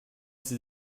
sie